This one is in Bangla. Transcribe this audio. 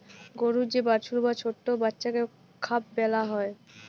গরুর যে বাছুর বা ছট্ট বাচ্চাকে কাফ ব্যলা হ্যয়